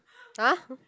!huh!